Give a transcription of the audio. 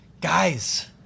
Guys